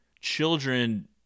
children